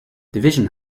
division